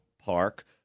Park